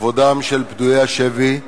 לכבודם של פדויי השבי,